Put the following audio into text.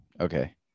Okay